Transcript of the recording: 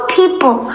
people